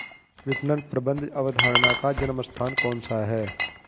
विपणन प्रबंध अवधारणा का जन्म स्थान कौन सा है?